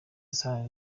sana